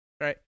Right